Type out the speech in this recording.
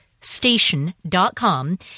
Station.com